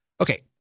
Okay